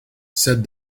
said